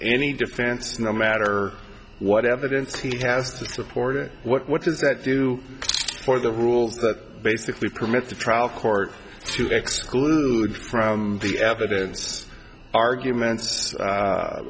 any defense no matter what evidence he has to support it what does that do for the rule that basically permits the trial court to exclude from the evidence arguments